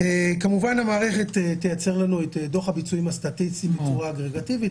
כמובן שהמערכת תייצר לנו את דוח הביצועים הסטטיסטיים בצורה הדרגתית.